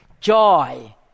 Joy